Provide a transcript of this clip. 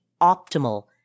optimal